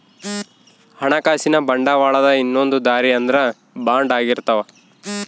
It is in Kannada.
ಹಣಕಾಸಿನ ಬಂಡವಾಳದ ಇನ್ನೊಂದ್ ದಾರಿ ಅಂದ್ರ ಬಾಂಡ್ ಆಗಿರ್ತವ